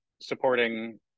supporting